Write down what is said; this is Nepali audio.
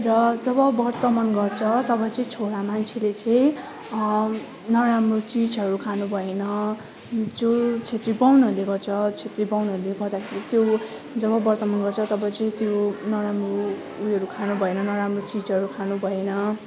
र जब बर्तमान गर्छ तब चाहिँ छोरा मान्छेले चाहिँ नराम्रो चिजहरू खानु भएन जो छेत्री बाहुनहरूले गर्छ छेत्री बाहुनहरूले गर्दाखेरि त्यो जब बर्तमान गर्छ तब चाहिँ त्यो नराम्रो उयोहरू खानु भएन नराम्रो चिजहरू खानु भएन